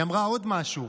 היא אמרה עוד משהו,